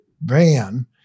van